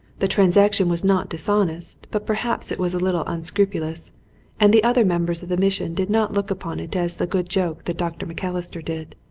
the transaction was not dishonest, but perhaps it was a little unscrupulous and the other members of the mission did not look upon it as the good joke that dr. macalister did.